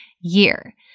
year